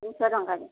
ଦୁଇଶହ ଟଙ୍କାରେ